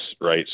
right